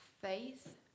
faith